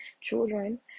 children